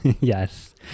Yes